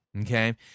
okay